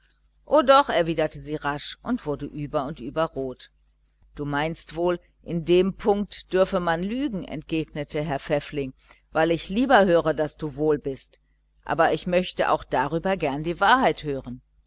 o doch erwiderte sie rasch und wurde über und über rot du meinst wohl in dem punkt dürfe man lügen entgegnete herr pfäffling weil ich lieber höre daß du wohl bist aber ich möchte doch auch darüber gern die wahrheit hören